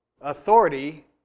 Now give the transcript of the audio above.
authority